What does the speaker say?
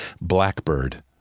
Blackbird